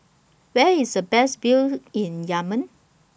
Where IS The Best View in Yemen